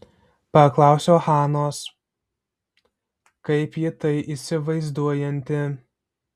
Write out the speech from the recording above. paklausiau hanos kaip ji tai įsivaizduojanti